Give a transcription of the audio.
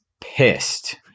pissed